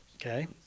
Okay